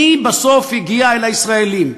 מי בסוף הגיע אל הישראלים,